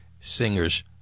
singers